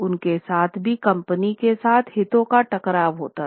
उनके साथ भी कंपनी के साथ हितों का टकराव होता है